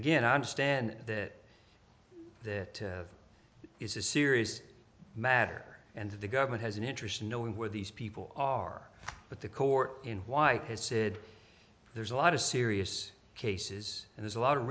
again i understand that that is a serious matter and the government has an interest in knowing where these people are but the court in white has said there's a lot of serious cases and there's a lot of